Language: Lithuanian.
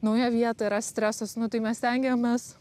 nauja vieta yra stresas nu tai mes stengiamės